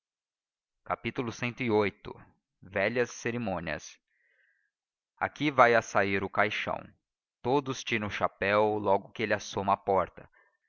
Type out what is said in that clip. à vista cviii velhas cerimônias aqui vai a sair o caixão todos tiram o chapéu logo que ele assoma à porta